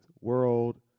world